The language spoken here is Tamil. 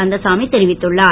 கந்தசாமி தெரிவித்துள்ளார்